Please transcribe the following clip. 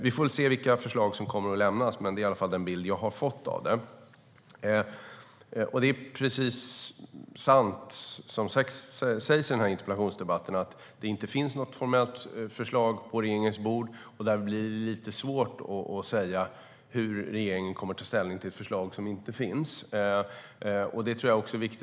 Vi får se vilka förslag som kommer att lämnas, men detta är i alla fall den bild som jag har fått. Det är sant som sägs i den här debatten att det inte finns något formellt förslag på regeringens bord. Därför blir det lite svårt att säga hur regeringen kommer att ta ställning till ett förslag som inte finns.